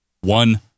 one